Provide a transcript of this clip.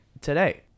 today